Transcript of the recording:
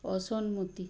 অসন্মতি